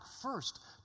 first